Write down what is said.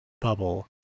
bubble